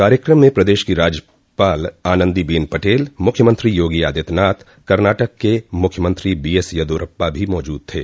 कार्यक्रम में प्रदेश की राज्यपाल आनंदीबेल पटेल मूख्यमंत्री योगी आदित्यनाथ एवं कर्नाटक के मूख्यमंत्री बी एस येदियुरप्पा भी मौजुद थे